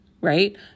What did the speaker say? Right